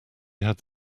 had